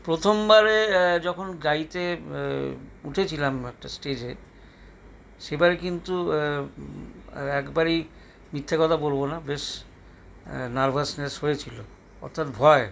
প্রথমবারে যখন গাইতে উঠেছিলাম একটা স্টেজে সেবারে কিন্তু একবারই মিথ্যে কথা বলবো না বেশ নার্ভাসনেস হয়েছিল অর্থাৎ ভয়